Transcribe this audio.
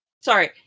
Sorry